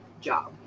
job